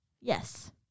Yes